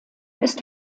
ist